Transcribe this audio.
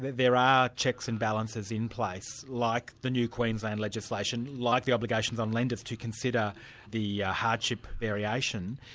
there are checks and balances in place like the new queensland legislation, like the obligations on lenders to consider the hardship variation.